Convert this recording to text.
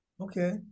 Okay